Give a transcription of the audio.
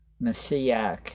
Messiah